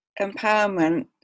empowerment